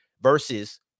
versus